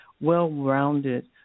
well-rounded